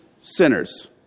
sinners